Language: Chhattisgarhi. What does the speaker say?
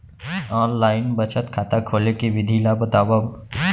ऑनलाइन बचत खाता खोले के विधि ला बतावव?